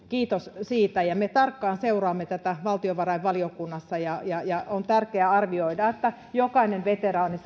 kiitos siitä me seuraamme tätä tarkkaan valtiovarainvaliokunnassa ja ja on tärkeää arvioida että jokainen veteraani